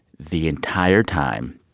the entire time,